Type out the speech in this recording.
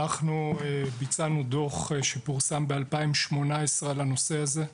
אנחנו ביצענו דוח שפורסם ב-2018 על הנושא הזה,